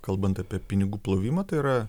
kalbant apie pinigų plovimą tai yra